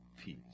Peace